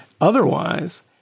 otherwise